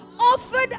offered